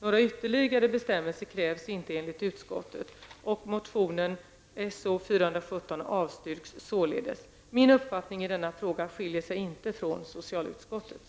Några ytterligare bestämmelser krävs inte enligt utskottet. Min uppfattning i denna fråga skiljer sig inte från socialutskottets.